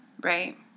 Right